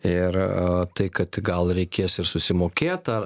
ir a tai kad gal reikės ir susimokėt ar